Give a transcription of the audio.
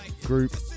group